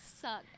suck